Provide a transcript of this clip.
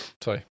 Sorry